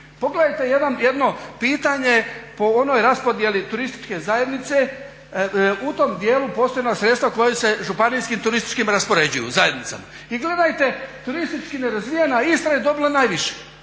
Pogledajte jedno pitanje po onoj raspodjeli turističke zajednice, u tom dijelu postoje … sredstva koja se županijskim turističkim zajednicama raspoređuju. I gledajte turistički nerazvijena Istra je dobila najviše,